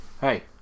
Hey